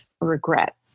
regret